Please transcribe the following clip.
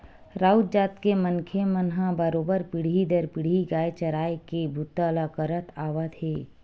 राउत जात के मनखे मन ह बरोबर पीढ़ी दर पीढ़ी गाय चराए के बूता ल करत आवत हे